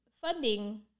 funding